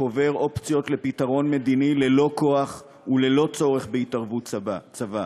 קובר אופציות לפתרון מדיני ללא כוח וללא צורך בהתערבות צבא.